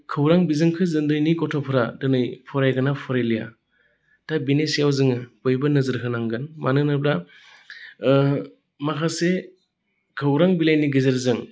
खौरां बिजोंखौ दिनैनि गथ'फोरा दिनै फरायगोन ना फरायलिया दा बेनि सायाव जोङो बयबो नोजोर होनांगोन मानो होनोब्ला माखासे खौरां बिलाइनि गेजेरजों